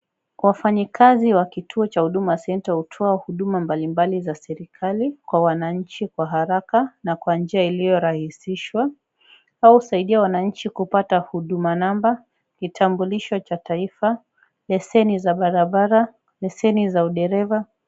Wafanyikazi wa kituo cha huduma centre hutoa huduma mbali mbali za serikali kwa wananchi kwa haraka na kwa njia iliyorahisishwa, hao husaidia wananchi kupata huduma namba, kitambulisho cha taifa, leseni za barabara, leseni za udereva.